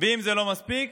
ואם זה לא מספיק,